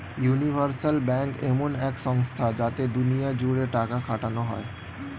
universal bank এমন এক সংস্থা যাতে দুনিয়া জুড়ে টাকা খাটানো যায়